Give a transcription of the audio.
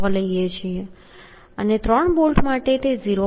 6 લઈ શકીએ છીએ અને 3 બોલ્ટ માટે તે 0